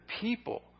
people